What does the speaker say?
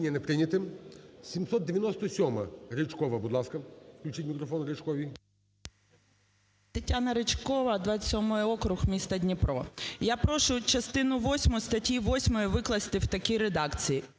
Тетяна Ричкова, 27-й округ, місто Дніпро. Я прошу частину восьму статті 8 викласти в такій редакції: